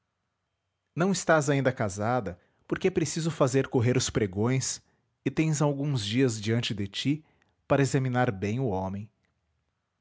não estás ainda casada porque é preciso fazer correr os pregões e tens alguns dias diante de ti para examinar bem o homem